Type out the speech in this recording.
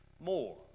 more